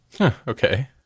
Okay